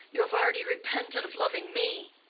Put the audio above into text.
you have already repented of loving me.